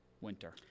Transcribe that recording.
winter